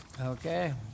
Okay